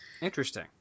Interesting